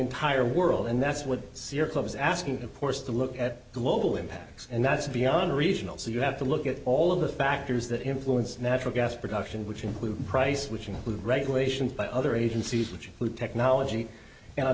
entire world and that's with zero clubs asking of course to look at global impacts and that's beyond regional so you have to look at all of the factors that influence natural gas production which include price which include regulations by other agencies which include technology and on